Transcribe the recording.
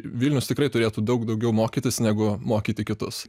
vilnius tikrai turėtų daug daugiau mokytis negu mokyti kitus